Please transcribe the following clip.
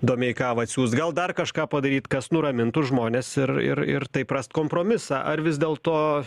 domeikava atsiųs gal dar kažką padaryt kas nuramintų žmones ir ir ir taip rast kompromisą ar vis dėlto